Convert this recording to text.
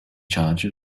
charge